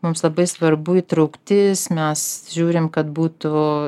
mums labai svarbu įtraukti mes žiūrim kad būtų